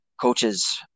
coaches